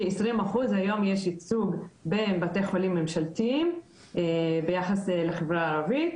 יש היום ייצוג של כ- 20% בבתי חולים ממשלתיים ביחס לחברה הערבית,